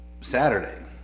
saturday